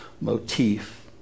motif